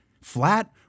flat